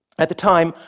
at the time,